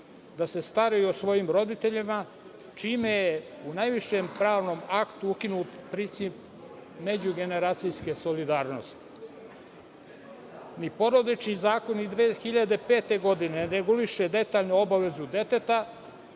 da se staraju o svojim roditeljima, čime je u najvišem pravnom aktu ukinut princip međugeneracijske solidarnosti. Porodični zakon ni 2005. godine nereguliše detaljno obavezu deteta